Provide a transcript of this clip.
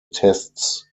tests